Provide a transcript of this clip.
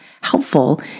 helpful